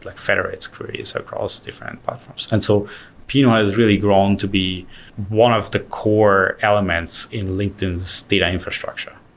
like federates queries across different platforms. and so pinot has really grown to be one of the core elements in linkedin's data infrastructure.